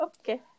okay